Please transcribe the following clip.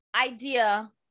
idea